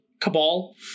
cabal